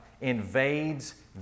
invades